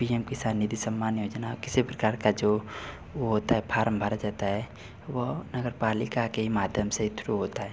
P M किसान निधि सम्मान योजना किसे प्रकार का जो वह होता है फारम भरा जाता है वह नगर पालिका के ही माध्यम से थ्रू होता है